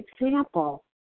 example